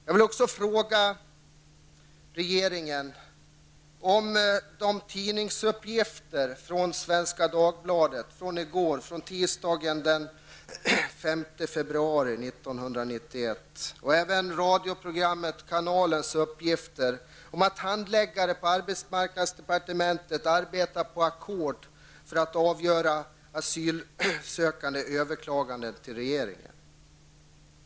Jag vill också fråga regeringen om tidningsuppgifterna från Svenska Dagbladet, tisdagen den 5 februari 1991, och även radioprogrammet Kanalens uppgifter stämmer, dvs. att handläggare på arbetsmarknadsdepartementet arbetar på ackord för att avgöra asylsökande överklagande till regeringen.